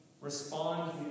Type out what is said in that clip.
respond